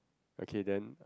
okay then